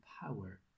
power